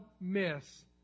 miss